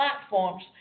platforms